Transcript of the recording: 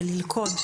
ללכוד,